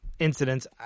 Incidents